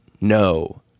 no